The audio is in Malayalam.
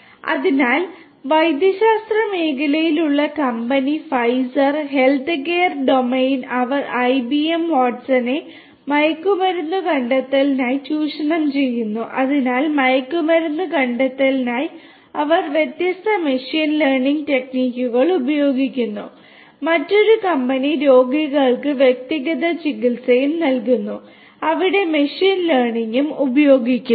അതിനാൽ വൈദ്യശാസ്ത്ര മേഖലയിലുള്ള കമ്പനി ഫൈസർ രോഗികൾക്ക് വ്യക്തിഗത ചികിത്സ നൽകുന്നു അവിടെ മെഷീൻ ലേണിംഗും ഉപയോഗിക്കുന്നു